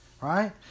right